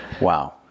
wow